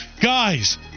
guys